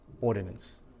ordinance